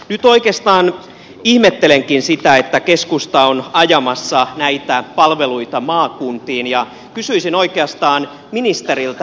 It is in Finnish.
nyt oikeastaan ihmettelenkin sitä että keskusta on ajamassa näitä palveluita maakuntiin ja kysyisin oikeastaan ministeriltä